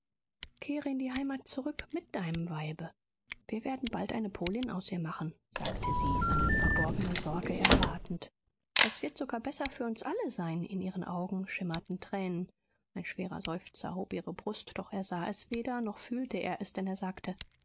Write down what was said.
kehre in die heimat zurück mit deinem weibe wir werden bald eine polin aus ihr machen sagte sie seine verborgene sorge erratend das wird sogar besser für uns alle sein in ihren augen schimmerten tränen ein schwerer seufzer hob ihre brust doch er sah es weder noch fühlte er es denn er sagte